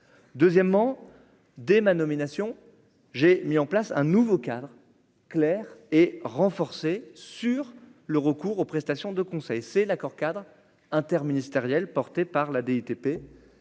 deuxièmement dès ma nomination, j'ai mis en place un nouveau cadre clair et renforcer sur le recours aux prestations de conseil c'est l'accord-cadre interministériel, porté par la DTP